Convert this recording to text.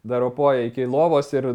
dar ropoja iki lovos ir